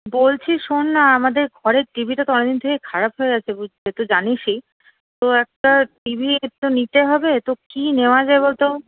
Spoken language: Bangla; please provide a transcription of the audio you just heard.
বলছি শোন না আমাদের ঘরের টিভিটা তো অনেকদিন থেকে খারাপ হয়ে আছে তুই তো জানিসই তো একটা টিভি তো নিতে হবে তো কী নেওয়া যায় বল তো